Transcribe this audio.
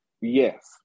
Yes